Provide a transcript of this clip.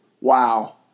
wow